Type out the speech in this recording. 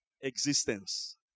existence